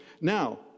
Now